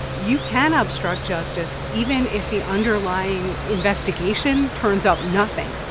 you can obstruct justice even if the underlying investigation turns up nothing.